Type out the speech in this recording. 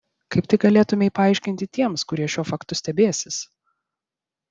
kaip tai galėtumei paaiškinti tiems kurie šiuo faktu stebėsis